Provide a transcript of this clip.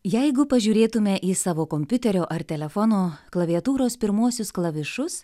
jeigu pažiūrėtume į savo kompiuterio ar telefono klaviatūros pirmuosius klavišus